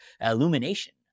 illumination